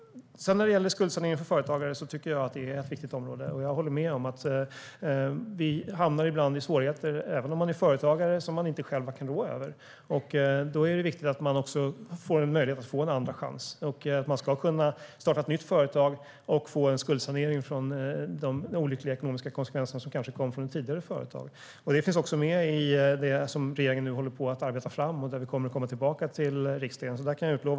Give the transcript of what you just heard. Jag håller med om att skuldsanering för företagare är ett viktigt område. Även företagare hamnar ibland i svårigheter som de inte själva råder över, och då är det viktigt att man också får möjlighet till en andra chans. Man ska kunna starta ett nytt företag och få en skuldsanering från de olyckliga ekonomiska konsekvenser som kanske kommer från ett tidigare företag. Detta finns också med i det som regeringen nu håller på att arbeta fram, och vi kommer att komma tillbaka till riksdagen gällande detta.